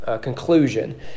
conclusion